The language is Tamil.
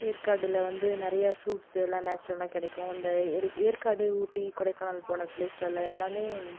ஏற்காடில் வந்து நிறையா ஃப்ரூட்ஸ் எல்லா நேச்சுரலாக கிடைக்கும் அந்த ஏறு ஏற்காடு ஊட்டி கொடைக்கானல் போன ப்லேஸ்லலாம் எல்லாமே